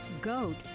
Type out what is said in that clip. goat